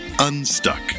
unstuck